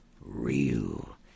real